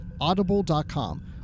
Audible.com